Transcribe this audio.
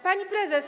Pani Prezes!